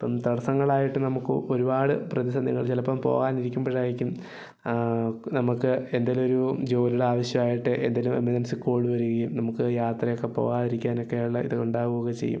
അപ്പം തടസ്സങ്ങളായിട്ട് നമുക്ക് ഒരുപാട് പ്രതിസന്ധികള് ചിലപ്പോൾ പോകാനിരിക്കുമ്പോഴായിരിക്കും നമുക്ക് എന്തേലുമൊരു ജോലിയുടെ ആവശ്യം ആയിട്ട് എന്തേലും എമർജൻസി കോള് വരുകയും നമുക്ക് യാത്ര ഒക്കെ പോവാതിരിക്കാനൊക്കെ ഉള്ള ഇത് ഉണ്ടാവുക ചെയ്യും